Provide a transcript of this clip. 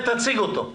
תציג את הצעת החוק.